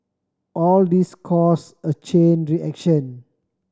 all these cause a chain reaction